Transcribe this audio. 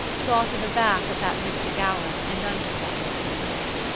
thought of a bath at that mystic hour and under that mystic moon.